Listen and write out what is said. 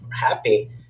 happy